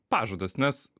pažadus nes